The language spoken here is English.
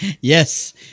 Yes